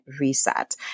reset